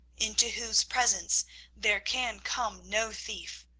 into whose presence there can come no thief,